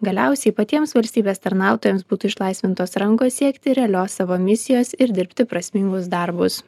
galiausiai patiems valstybės tarnautojams būtų išlaisvintos rankos siekti realios savo misijos ir dirbti prasmingus darbus